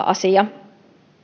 asia